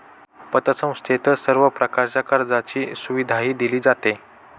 पतसंस्थेत सर्व प्रकारच्या कर्जाची सुविधाही दिली जाते